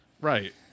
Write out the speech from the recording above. Right